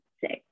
six